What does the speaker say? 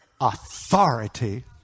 authority